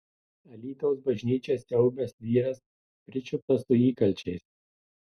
alytaus bažnyčią siaubęs vyras pričiuptas su įkalčiais